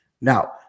Now